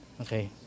Okay